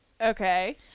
Okay